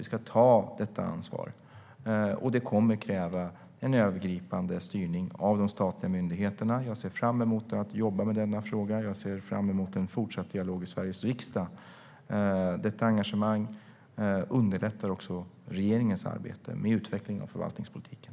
Vi ska ta detta ansvar, och det kommer att kräva en övergripande styrning av de statliga myndigheterna. Jag ser fram emot att jobba med denna fråga. Jag ser fram emot en fortsatt dialog i Sveriges riksdag. Detta engagemang underlättar också regeringens arbete med utveckling av förvaltningspolitiken.